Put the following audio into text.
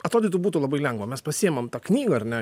atrodytų būtų labai lengva mes pasiimam tą knygą ar ne